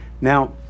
now